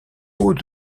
haut